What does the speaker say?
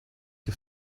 you